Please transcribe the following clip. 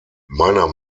meiner